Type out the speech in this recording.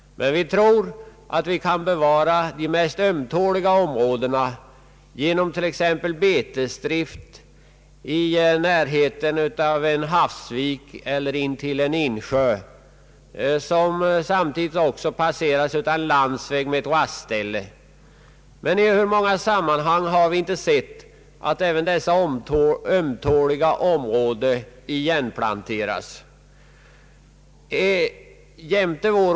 Men vi föreslår att man t.ex. genom betesdrift söker bevara särskilt ömtåliga områden, kanske i närheten av en havsvik, intill en insjö eller vid en landsväg med ett vackert rastställe. Ofta har dock även sådana ömtåliga områden igenplanterats med skog.